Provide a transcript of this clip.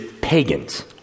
pagans